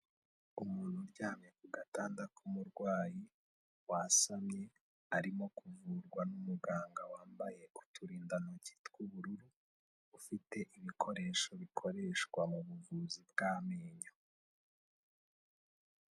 Umuntu uryamye ku gatanda k'umurwayi wasamye, arimo kuvurwa n'umuganga wambaye uturindantoki tw'ubururu, ufite ibikoresho bikoreshwa mu buvuzi bw'amenyo.